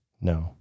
No